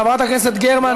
חברת הכנסת גרמן,